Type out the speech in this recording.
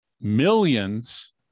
millions